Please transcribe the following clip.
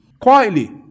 Quietly